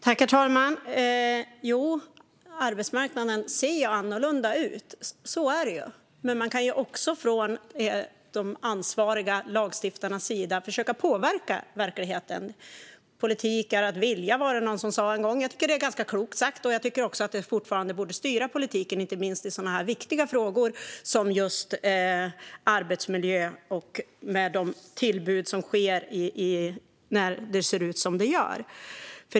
Herr talman! Jo, arbetsmarknaden ser annorlunda ut. Så är det. Men man kan från de ansvariga lagstiftarnas sida försöka att påverka verkligheten. Politik är att vilja, var det någon som sa en gång. Det är ganska klokt sagt. Det borde fortfarande styra politiken, inte minst i sådana viktiga frågor som arbetsmiljö med de tillbud som sker när det ser ut som det gör.